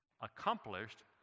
accomplished